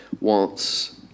wants